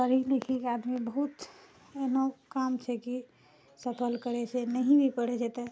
पढ़ि लिखीके आदमी बहुत एहनो काम छै कि सकल करैत छै नहि भी पढ़ि जेतै